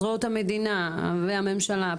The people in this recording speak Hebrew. זרועות המדינה והממשלה,